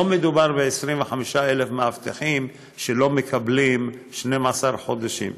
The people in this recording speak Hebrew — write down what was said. לא מדובר ב-25,000 מאבטחים שלא מקבלים 12 חודשים.